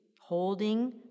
holding